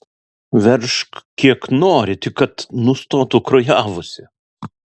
veržk kiek nori tik kad nustotų kraujavusi